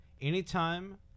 anytime